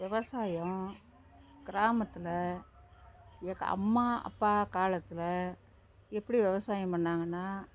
விவசாயம் கிராமத்தில் எங்கள் அம்மா அப்பா காலத்தில் எப்படி விவசாயம் பண்ணிணாங்கனா